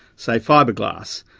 say fibreglass,